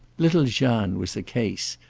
little jeanne was a case,